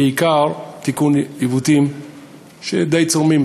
בעיקר תיקון עיוותים די צורמים,